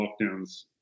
lockdowns